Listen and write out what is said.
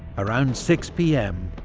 around six pm,